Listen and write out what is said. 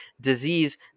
disease